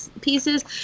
pieces